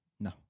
No